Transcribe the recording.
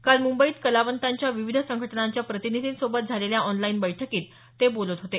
काल मुंबईत कलावंतांच्या विविध संघटनांच्या प्रतिनिधींसोबत झालेल्या ऑनलाइन बैठकीत ते बोलत होते